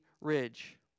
ridge